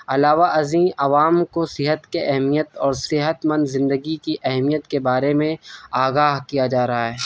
علاوہ ازیں عوام کو صحت کے اہمیت اور صحت مند زندگی کی اہمیت کے بارے میں آگاہ کیا جا رہا ہے